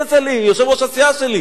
כצל'ה,